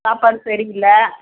சாப்பாடு சரி இல்லை